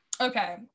okay